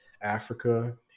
Africa